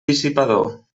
dissipador